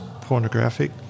pornographic